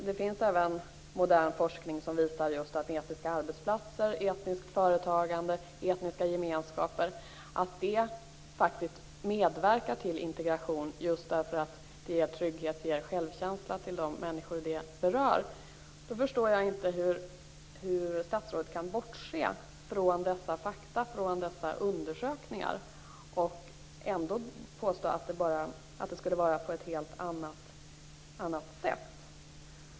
Det finns modern forskning som visar att etniska arbetsplatser, etniskt företagande och etniska gemenskaper faktiskt medverkar till integration, just därför att det ger trygghet och självkänsla för de berörda människorna. Jag förstår därför inte hur statsrådet kan bortse från dessa fakta och dessa undersökningar och påstå att det skulle vara på ett helt annat sätt.